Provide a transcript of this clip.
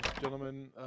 gentlemen